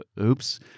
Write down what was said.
Oops